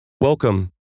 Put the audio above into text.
Welcome